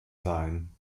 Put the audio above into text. sein